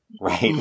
Right